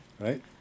right